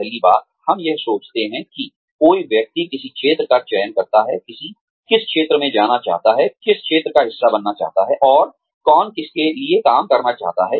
पहली बात हम यह सोचते हैं कि कोई व्यक्ति किस क्षेत्र का चयन करता है किस क्षेत्र में जाना चाहता है किस क्षेत्र का हिस्सा बनना चाहता है और कौन किसके लिए काम करना चाहता है